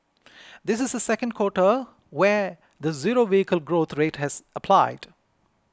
this is the second quota where the zero vehicle growth rate has applied